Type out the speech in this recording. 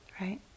Right